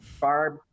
Barb